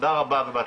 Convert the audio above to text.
תודה רבה ובהצלחה.